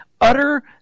Utter